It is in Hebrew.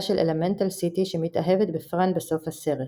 של "אלמנטל סיטי" שמתאהבת בפרן בסוף הסרט.